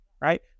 Right